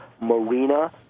Marina